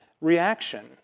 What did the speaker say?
reaction